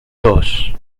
dos